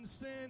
sin